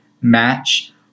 match